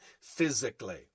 physically